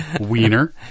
Wiener